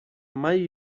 mai